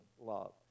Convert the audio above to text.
love